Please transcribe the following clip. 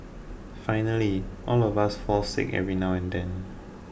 finally all of us fall sick every now and then